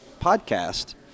podcast